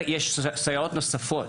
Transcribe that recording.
יש סייעות נוספות,